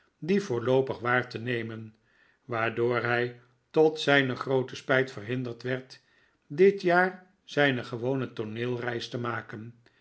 dien voorloopig waar te nemen waardoor hij tot zijne groote spijt vefhinderd werd dit jaar zijne gewone tooneelreis te maken